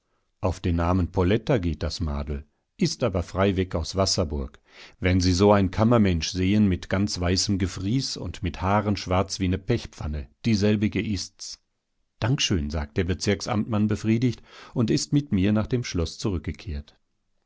auf den namen poletta geht das madel ist aber freiweg aus wasserburg wenn sie so ein kammermensch sehen mit ganz weißem gefries und mit haaren schwarz wie ne pechpfanne dieselbige ist's dank schön sagt der bezirksamtmann befriedigt und ist mit mir nach dem schloß zurückgekehrt